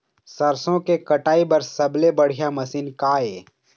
सरसों के कटाई बर सबले बढ़िया मशीन का ये?